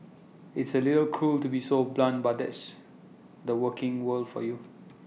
it's A little cruel to be so blunt but that's the working world for you